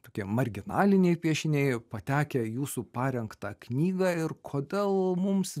tokie marginaliniai piešiniai patekę į jūsų parengtą knygą ir kodėl mums